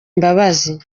imbabazi